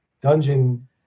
dungeon